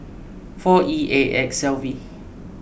four E A X L V